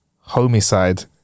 Homicide